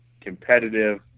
competitive